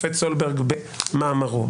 השופט סולברג במאמרו,